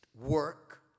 work